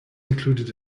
included